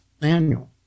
manual